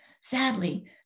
Sadly